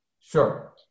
Sure